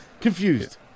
confused